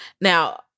Now